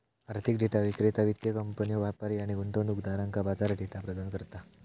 आर्थिक डेटा विक्रेता वित्तीय कंपन्यो, व्यापारी आणि गुंतवणूकदारांका बाजार डेटा प्रदान करता